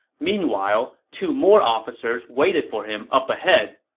meanwhile, two more officers waited for him up ahead.